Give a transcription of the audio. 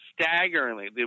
staggeringly